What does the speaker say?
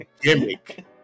gimmick